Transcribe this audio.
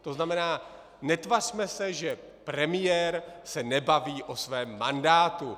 To znamená, netvařme se, že premiér se nebaví o svém mandátu.